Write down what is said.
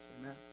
Amen